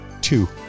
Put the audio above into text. two